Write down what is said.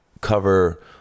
cover